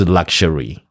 luxury